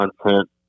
content